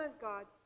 God